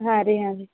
ಹಾಂ ರೀ ಹಾಂ ರೀ